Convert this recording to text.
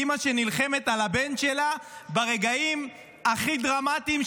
אימא שנלחמת על הבן שלה ברגעים הכי דרמטיים,